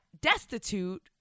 destitute